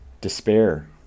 despair